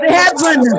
heaven